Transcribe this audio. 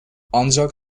ancak